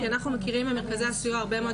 כי אנחנו מכירים ממרכזי הסיוע הרבה מאוד